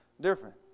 different